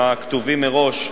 הכתובים מראש,